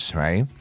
right